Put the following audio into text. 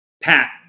Pat